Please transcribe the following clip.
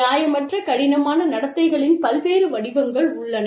நியாயமற்ற கடினமான நடத்தைகளின் பல்வேறு வடிவங்கள் உள்ளன